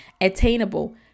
Attainable